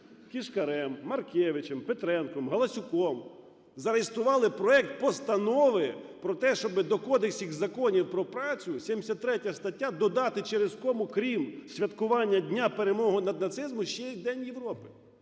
Кишкарем, Маркевичем, Петренком, Галасюком зареєстрували проект постанови про те, щоби до Кодексу законів про працю, 73 стаття, додати через кому крім святкування Дня перемоги над нацизмом ще й День Європи.